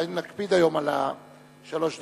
נקפיד היום על שלוש דקות,